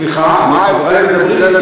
סליחה, חברי מדברים אתי.